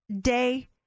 day